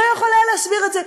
לא יכול היה להסביר את זה,